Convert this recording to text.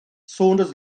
saunders